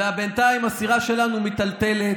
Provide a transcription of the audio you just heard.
ובינתיים הסירה שלנו מיטלטלת.